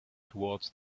towards